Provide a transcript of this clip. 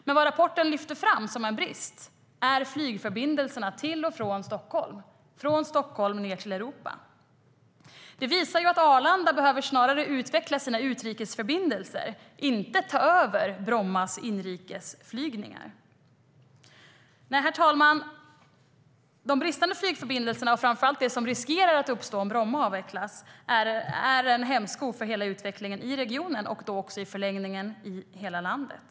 Men det rapporten lyfter fram som en brist är flygförbindelserna från Stockholm ut i Europa. Det visar att Arlanda snarare behöver utveckla sina utrikesförbindelser än ta över Brommas inrikesflygningar. Herr talman! De bristande flygförbindelserna och framför allt det som riskerar att uppstå om Bromma avvecklas är en hämsko för utvecklingen i regionen och i förlängningen i hela landet.